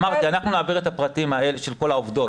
אמרתי, אנחנו נעביר את הפרטים האלה של כל העובדות.